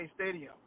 Stadium